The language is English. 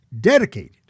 dedicated